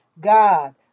god